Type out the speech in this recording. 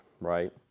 right